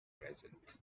present